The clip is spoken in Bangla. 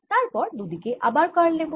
তারপর দুই দিকেই আবার কার্ল নেব